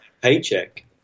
paycheck